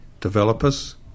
developers